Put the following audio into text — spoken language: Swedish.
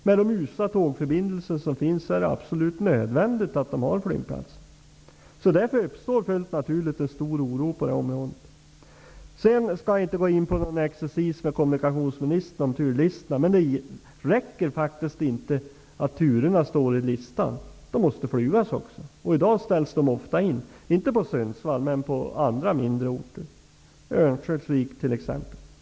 Med de usla tågförbindelser som finns är det absolut nödvändigt att man har en flygplats. Därför uppstår fullt naturligt en stor oro på det här området. Jag skall inte gå in på någon exercis med kommunikationsministern om turlistorna. Men det räcker faktiskt inte att turerna står i listan. De måste flygas också. I dag ställs de ofta in. Inte på Sundsvall, men på andra mindre orter, Örnsköldsvik t.ex.